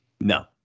No